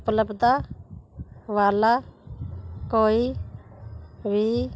ਉਪਲੱਬਧਤਾ ਵਾਲਾ ਕੋਈ ਵੀ